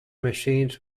machines